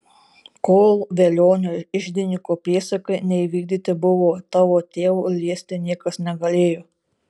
kol velionio iždininko priesakai neįvykdyti buvo tavo tėvo liesti niekas negalėjo